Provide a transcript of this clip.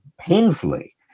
Painfully